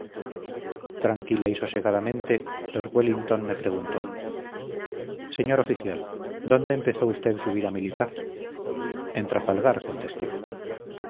tranquila y sosegadamente lord wellington me preguntó señor oficial dónde empezó usted su vida militar en trafalgar contesté